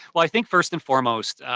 well, i think first and foremost,